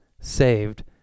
saved